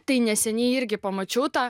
tai neseniai irgi pamačiau tą